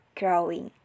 growing